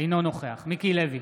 אינו נוכח מיקי לוי,